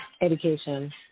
Education